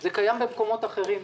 המודל הזה קיים במקומות אחרים,